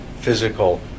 physical